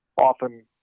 often